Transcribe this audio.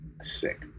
Sick